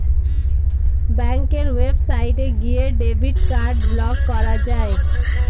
ব্যাঙ্কের ওয়েবসাইটে গিয়ে ডেবিট কার্ড ব্লক করা যায়